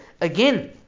Again